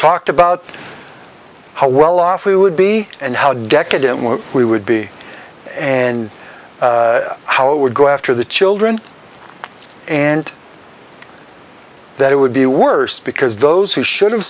talked about how well off we would be and how decadent we would be and how it would go after the children and that it would be worse because those who should have